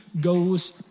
goes